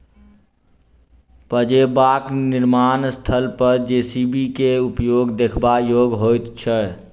पजेबाक निर्माण स्थल पर जे.सी.बी के उपयोग देखबा योग्य होइत छै